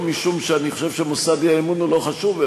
לא משום שאני חושב שמוסד האי-אמון הוא לא חשוב,